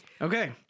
Okay